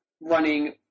running